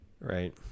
Right